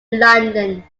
london